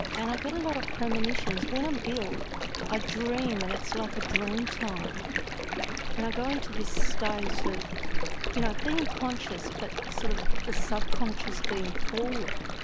and i get a lot of premonitions. when i'm ill i ah dream and it's like a dream time and i go into this state of you know being conscious but sort of the sub-conscious being forward.